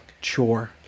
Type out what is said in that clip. chore